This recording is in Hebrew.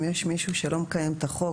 אם יש מישהו שלא מקיים את החוק,